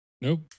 Nope